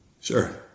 Sure